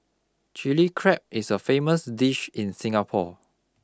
chilli crab is a famous dish in Singapore